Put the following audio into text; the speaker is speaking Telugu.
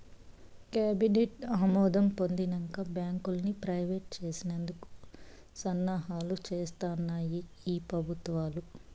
కేబినెట్ ఆమోదం పొందినంక బాంకుల్ని ప్రైవేట్ చేసేందుకు సన్నాహాలు సేస్తాన్నాయి ఈ పెబుత్వాలు